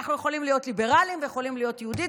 אנחנו יכולים להיות ליברלים ויכולים להיות יהודים,